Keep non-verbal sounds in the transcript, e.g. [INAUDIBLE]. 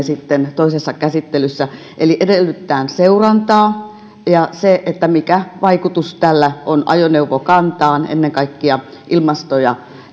[UNINTELLIGIBLE] sitten toisessa käsittelyssä eli edellytetään seurantaa mikä vaikutus tällä on ajoneuvokantaan ennen kaikkea ilmasto ja